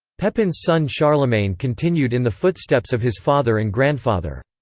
pepin's son charlemagne continued in the footsteps of his father and grandfather.